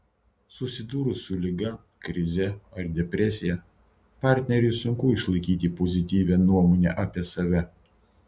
susidūrus su liga krize ar depresija partneriui sunku išlaikyti pozityvią nuomonę apie save